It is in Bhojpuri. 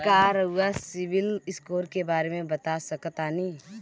का रउआ सिबिल स्कोर के बारे में बता सकतानी?